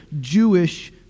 Jewish